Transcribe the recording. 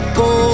go